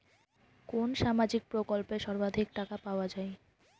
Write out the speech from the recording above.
কোন সামাজিক প্রকল্পে সর্বাধিক টাকা পাওয়া য়ায়?